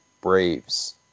Braves